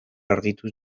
argituz